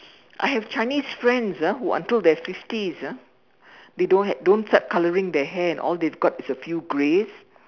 I have Chinese friends ah who until they are fifties ah they don't have don't start colouring their hair all they have got is a few grays